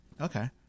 Okay